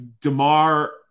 DeMar